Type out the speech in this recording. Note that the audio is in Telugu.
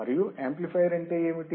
మరియు యాంప్లిఫయర్ అంటే ఏమిటి